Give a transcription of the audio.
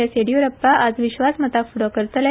एस येडीयुरप्पा आज विश्वासमताक फुडो करतले